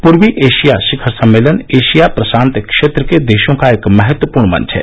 पूर्वी एशिया शिखर सम्मेलन एशिया प्रशांत क्षेत्र के देशों का एक महत्वपूर्ण मंच है